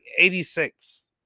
86